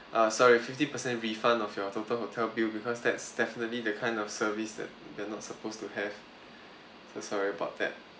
uh sorry fifty percent refund of your total hotel bill because that's definitely the kind of service that they're not supposed to have so sorry about that